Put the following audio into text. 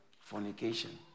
fornication